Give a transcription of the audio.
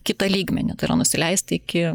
kitą lygmenį tai yra nusileist iki